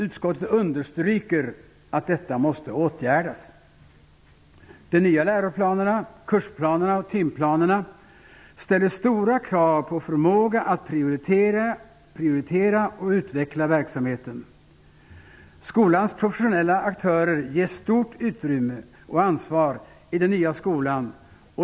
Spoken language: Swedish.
Utskottet understryker att detta måste åtgärdas. De nya läroplanerna, kursplanerna och timplanerna ställer stora krav på förmåga att prioritera och utveckla verksamheten. Skolans professionella aktörer ges stort utrymme och ansvar i den nya skolan.